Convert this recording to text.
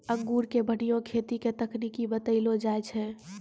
अंगूर के बढ़िया खेती के तकनीक बतइलो जाय छै